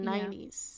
90s